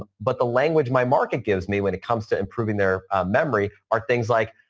but the language my market gives me when it comes to improving their memory are things like,